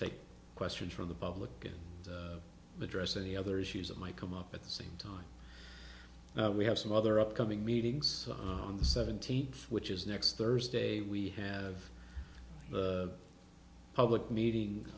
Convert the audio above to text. take questions from the public get address any other issues that might come up at the same time we have some other upcoming meetings on the seventeenth which is next thursday we have a public meeting